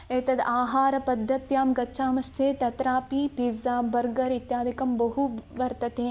एतद् आहारपद्धत्यां गच्छामश्चेत् तत्रापि पिज़ बर्गर् इत्यादिकं बहु ब् वर्तते